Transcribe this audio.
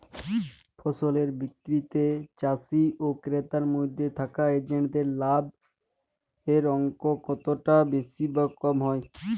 ফসলের বিক্রিতে চাষী ও ক্রেতার মধ্যে থাকা এজেন্টদের লাভের অঙ্ক কতটা বেশি বা কম হয়?